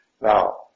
Now